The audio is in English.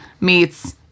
meets